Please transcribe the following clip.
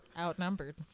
outnumbered